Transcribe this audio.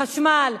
חשמל,